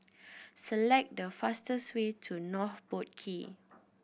select the fastest way to North Boat Quay